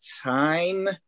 time